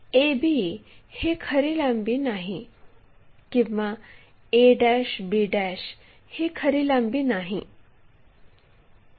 a b ही खरी लांबी नाही किंवा a b ही खरी लांबी नाही